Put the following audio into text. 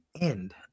end